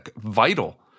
vital